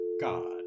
God